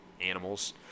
animals